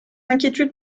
inquiétude